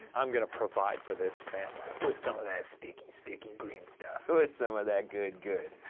i'm gonna provide for this family with some of that sticky, sticky green stuff. with some of that good-good.